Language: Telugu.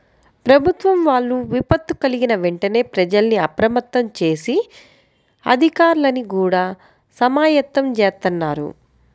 ప్రభుత్వం వాళ్ళు విపత్తు కల్గిన వెంటనే ప్రజల్ని అప్రమత్తం జేసి, అధికార్లని గూడా సమాయత్తం జేత్తన్నారు